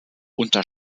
unter